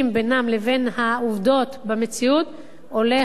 בינם לבין העובדות במציאות הולך וקטן.